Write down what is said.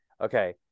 okay